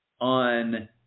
on